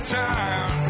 time